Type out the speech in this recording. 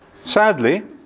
Sadly